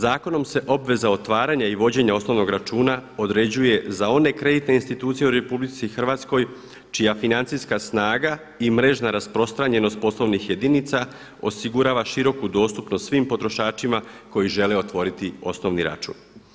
Zakonom se obveza otvaranja i vođenja osnovnog računa određuje za one kreditne institucije u RH čija financijska snaga i mrežna rasprostranjenost poslovnih jedinica osigurava široku dostupnost svim potrošačima koji žele otvoriti osnovni račun.